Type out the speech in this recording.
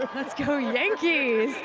ah let's go yankees.